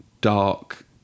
dark